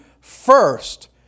first